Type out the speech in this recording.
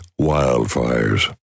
wildfires